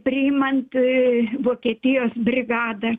priimant vokietijos brigadą